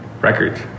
records